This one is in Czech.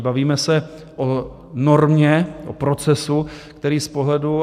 Bavíme se o normě, o procesu, který z pohledu...